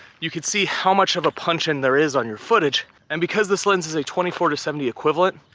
you can see how much of a punch in there is on your footage and because this lens is a twenty four to seventy equivalent,